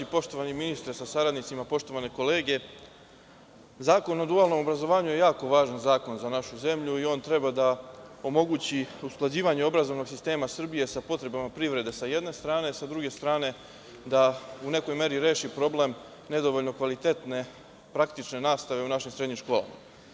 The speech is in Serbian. Poštovani ministre sa saradnicima, poštovane kolege, Zakon o dualnom obrazovanju je jako važan zakon za našu zemlju i on treba da omogući usklađivanje obrazovnog sistema Srbije sa potrebama privrede sa jedne strane, a sa druge strane da u nekoj meri reši problem nedovoljno kvalitetne praktične nastave u našim srednjim školama.